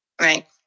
Right